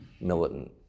militant